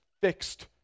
fixed